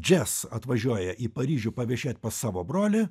džes atvažiuoja į paryžių paviešėt pas savo brolį